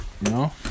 no